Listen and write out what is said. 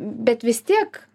bet vis tiek